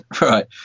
Right